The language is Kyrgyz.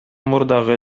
мурдагы